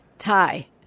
tie